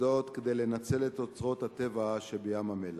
וזאת כדי לנצל את אוצרות הטבע של ים-המלח.